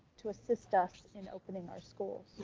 to assist us in opening our schools?